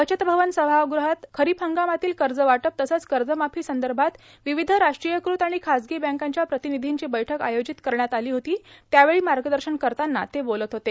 बचतभवन सभागृहात खरीप हंगामातील कर्जवाटप तसंच कर्जमाफीसंदर्भात विविध राष्ट्रीयकृत आणि खाजगी बँकांच्या प्रतिनिधींची बैठक आयोजित करण्यात आली होती त्यावेळी मार्गदर्शन करताना ते बोलत होते